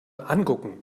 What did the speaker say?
angucken